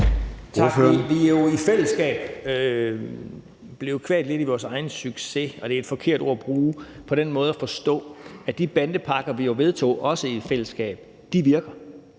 Tak. Vi er i fællesskab blevet kvalt lidt i vores egen succes – og det er et forkert ord at bruge – på den måde at forstå, at de bandepakker, vi jo også i fællesskab vedtog, virker.